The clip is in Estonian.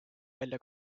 välja